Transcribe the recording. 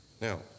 Now